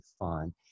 fun